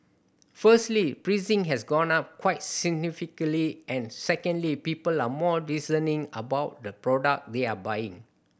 firstly pricing has gone up quite significantly and secondly people are more discerning about the product they are buying